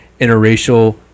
interracial